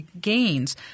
gains